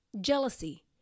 jealousy